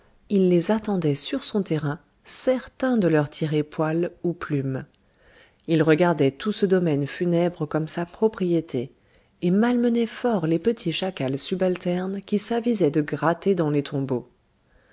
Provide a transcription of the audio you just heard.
il les attendait sur son terrain certain de leur tirer poil ou plume il regardait tout ce domaine funèbre comme sa propriété et malmenait fort les petits chacals subalternes qui s'avisaient de gratter dans les tombeaux